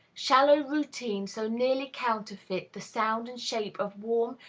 shallow routine so nearly counterfeit the sound and shape of warm,